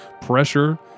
Pressure